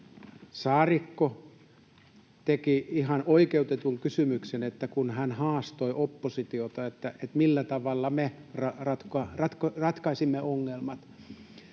Saarikko teki ihan oikeutetun kysymyksen, kun hän haastoi oppositiota, että millä tavalla me ratkaisisimme ongelmat.